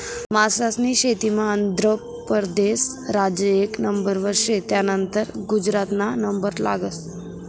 मासास्नी शेतीमा आंध्र परदेस राज्य एक नंबरवर शे, त्यानंतर गुजरातना नंबर लागस